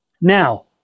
Now